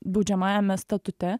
baudžiamajame statute